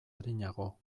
arinago